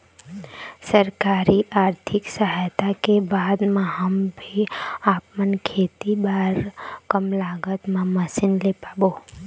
सरकारी आरथिक सहायता के बाद मा हम भी आपमन खेती बार कम लागत मा मशीन ले पाबो?